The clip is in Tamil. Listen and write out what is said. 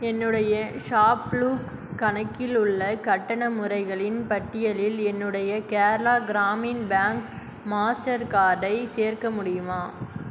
என்னுடைய ஷாப்க்ளூஸ் கணக்கில் உள்ள கட்டண முறைகளின் பட்டியலில் என்னுடைய கேரளா கிராமின் பேங்க் மாஸ்டர் கார்டை சேர்க்க முடியுமா